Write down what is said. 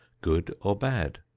good or bad.